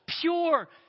pure